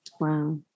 Wow